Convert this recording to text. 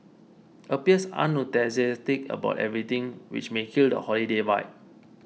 appears unenthusiastic about everything which may kill the holiday vibe